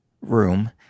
room